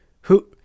Who-